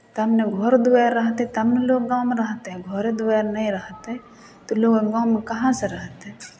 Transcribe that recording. तब ने घर दुआरि रहतै तब ने लोक गाँवमे रहतै घरे दुआरि नहि रहतै तऽ लोग गाँवमे कहाँसँ रहतै